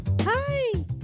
hi